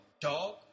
dog